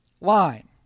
line